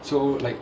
so like